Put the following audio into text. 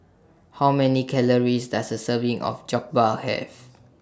How Many Calories Does A Serving of Jokbal Have